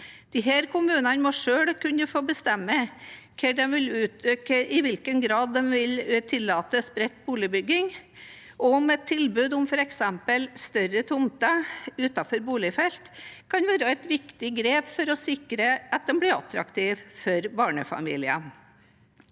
Disse kommunene må selv kunne få bestemme i hvilken grad de vil tillate spredt boligbygging, og om et tilbud om f.eks. større tomter utenfor boligfelt kan være et viktig grep for å sikre at de blir attraktive for barnefamilier.